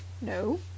No